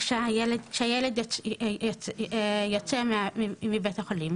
כשהילד יוצא מבית החולים